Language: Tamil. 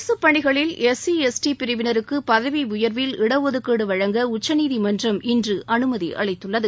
அரசு பணிகளில் எஸ் சி எஸ் டி பிரிவினருக்கு பதவி உயர்வில் இடஒதுக்கீடு வழங்க உச்சநீதிமன்றம் இன்று அனுமதி அளித்துள்ளது